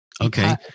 Okay